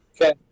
Okay